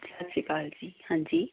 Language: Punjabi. ਸਤਿ ਸ਼੍ਰੀ ਅਕਾਲ ਜੀ ਹਾਂਜੀ